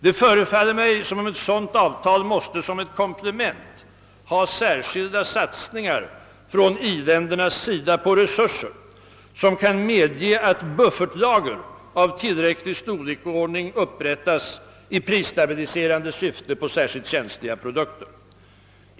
Det förefaller mig som om ett sådant avtal måste som ett komplement ha särskilda satsningar från i-ländernas sida på resurser som kan medge att buffertlager av tillräcklig storleksordning upprättas i prisstabiliserande syfte på särskilt känsliga produkter.